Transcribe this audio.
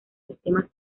sistemas